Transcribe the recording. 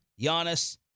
Giannis